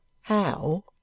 How